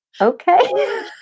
okay